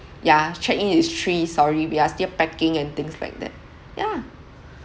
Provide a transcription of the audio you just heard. ya check in is three sorry we are still packing and things like that yeah